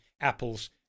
Apple's